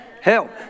help